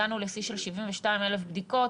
הגענו לשיא של 72,000 בדיקות.